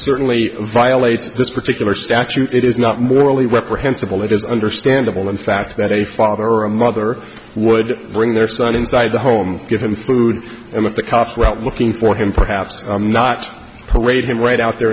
certainly violates this particular statute it is not morally reprehensible it is understandable in fact that a father or a mother would bring their son inside the home given food and if the cops were out looking for him for half not parade him right out there